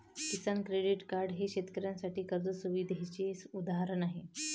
किसान credit card हे शेतकऱ्यांसाठी कर्ज सुविधेचे उदाहरण आहे